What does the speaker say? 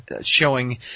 showing